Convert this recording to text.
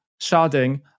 sharding